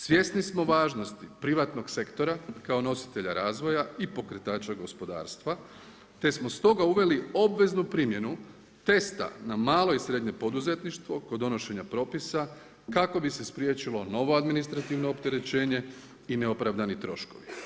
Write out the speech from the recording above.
Svjesni smo važnosti privatnog sektora kao nositelja razvoja i pokretača gospodarstva te smo stoga uveli obveznu primjenu testa na malo i srednje poduzetništvo kod donošenja propisa kako bi se spriječilo novo administrativno opterećenje i neopravdani troškovi.